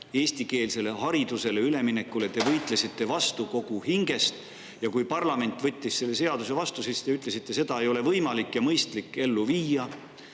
Eestikeelsele haridusele üleminekule te võitlesite vastu kogu hingest ja kui parlament võttis selle seaduse vastu, siis te ütlesite, et seda ei ole võimalik ja mõistlik ellu viia.